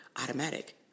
automatic